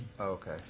Okay